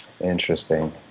Interesting